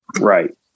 Right